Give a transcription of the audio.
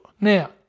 Now